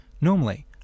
Normally